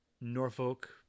Norfolk